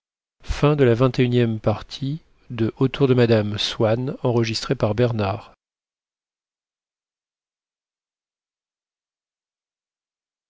de m swann